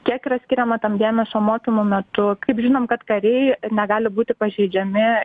kiek yra skiriama tam dėmesio mokymų metu kaip žinom kad kariai negali būti pažeidžiami